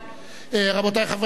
רבותי חברי הכנסת,